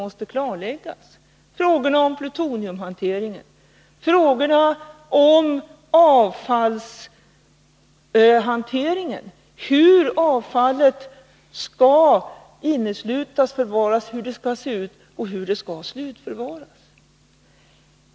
Det gäller frågorna om plutoniumhanteringen och avfallshanteringen, hur avfallet skall inneslutas, i vilken form det skall förvaras och hur det skall slutförvaras.